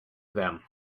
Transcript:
them